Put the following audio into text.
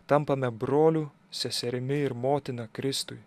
tampame broliu seserimi ir motina kristuj